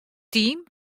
team